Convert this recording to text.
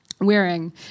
Wearing